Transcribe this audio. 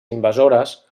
invasores